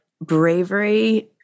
bravery